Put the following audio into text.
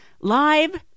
live